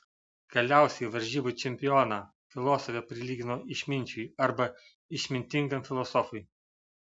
galiausiai varžybų čempioną filosofė prilygino išminčiui arba išmintingam filosofui